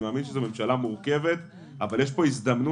אני מאמין שזאת ממשלה מורכבת אבל יש פה הזדמנות